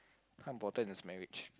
how important is marriage